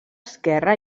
esquerra